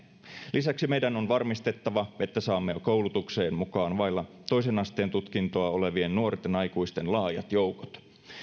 lisäksi meidän on varmistettava että saamme koulutukseen mukaan vailla toisen asteen tutkintoa olevien nuorten aikuisten laajat joukot